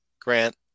Grant